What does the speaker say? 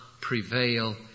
prevail